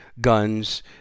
guns